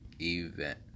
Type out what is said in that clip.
event